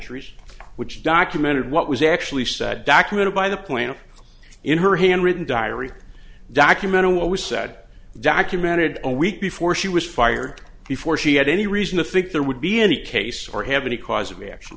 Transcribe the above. entries which documented what was actually said documented by the point in her handwritten diary document on what was said documented a week before she was fired before she had any reason to think there would be any case or have any cause of action